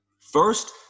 First